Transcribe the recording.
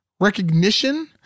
recognition